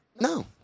No